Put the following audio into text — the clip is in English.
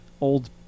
old